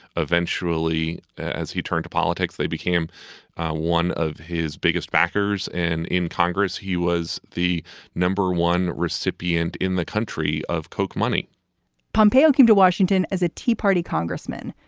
eventually, as he turned to politics, they became one of his biggest backers. and in congress, he was the number one recipient in the country of coke money pompeo came to washington as a tea party congressman,